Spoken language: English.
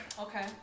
Okay